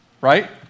right